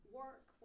work